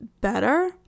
better